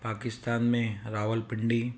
पाकिस्तान में रावलपिंडी